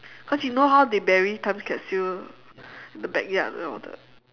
cause you know how they bury time capsule at the backyard and all the